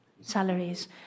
salaries